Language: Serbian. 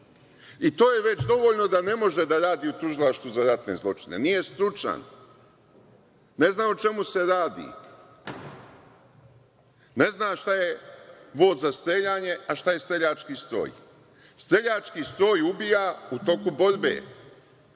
I to je već dovoljno da ne može da radi u Tužilaštvu za ratne zločine. Nije stručan. Ne zna o čemu se radi. Ne zna šta je vod za streljanje, a šta je streljački stroj. Streljački stroj ubija u toku borbe.